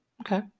okay